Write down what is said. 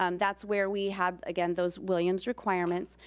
um that's where we had, again, those williams requirements,